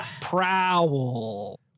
Prowl